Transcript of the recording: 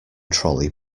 trolley